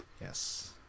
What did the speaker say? yes